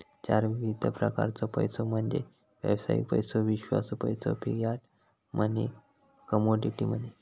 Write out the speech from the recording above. चार विविध प्रकारचो पैसो म्हणजे व्यावसायिक पैसो, विश्वासू पैसो, फियाट मनी, कमोडिटी मनी